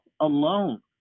alone